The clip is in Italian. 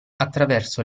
attraverso